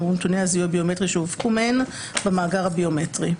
ונתוני הזיהוי הביומטרי שהונפקו מהן במאגר הביומטרי.